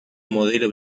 modelo